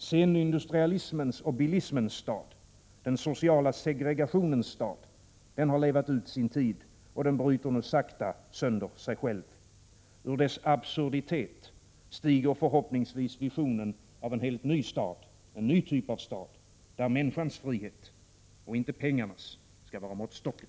Senindustrialismens och bilismens stad, den sociala segregationens stad har levt ut sin tid och bryter nu sakta sönder sig själv. Ur dess absurditet stiger förhoppningsvis visionen av en helt ny typ av stad, där människans frihet och inte pengarnas skall vara måttstocken.